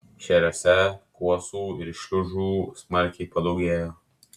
šėriuose kuosų ir šliužų smarkiai padaugėjo